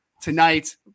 tonight